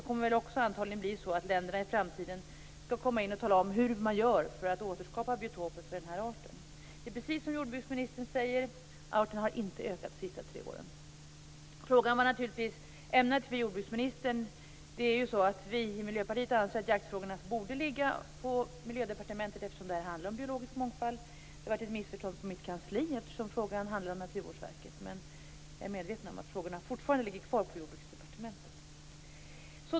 Förmodligen kommer länderna i framtiden att få tala om hur de gör för att återskapa biotoper för den här arten. Det är precis som jordbruksministern säger, att arten inte har ökat under de senaste tre åren. Frågan var naturligtvis ämnad för jordbruksministern. Vi i Miljöpartiet anser att jaktfrågorna borde ligga under Miljödepartementet, eftersom det här handlar om biologisk mångfald. Det var ett missförstånd på mitt kansli, eftersom frågan handlar om Naturvårdsverket. Men jag är medveten om att frågorna fortfarande ligger kvar på Jordbruksdepartementet.